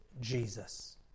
Jesus